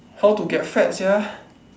how to get fat sia